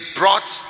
brought